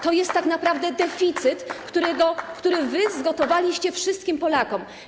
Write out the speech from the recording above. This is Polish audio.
To jest tak naprawdę deficyt, który wy zgotowaliście wszystkim Polakom.